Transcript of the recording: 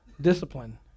Discipline